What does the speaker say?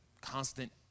constant